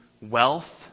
wealth